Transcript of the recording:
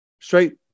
Straight